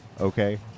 okay